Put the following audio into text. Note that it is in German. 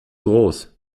groß